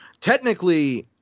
technically